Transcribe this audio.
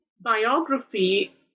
biography